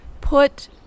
put